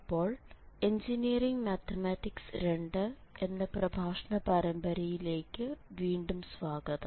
അപ്പോൾ engineering mathematics 2 എന്ന പ്രഭാഷണ പരമ്പരയിലേക്ക് വീണ്ടും സ്വാഗതം